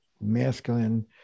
masculine